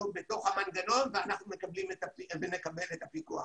בתוך המנגנון ואנחנו נקבל את הפיקוח.